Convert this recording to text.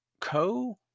Co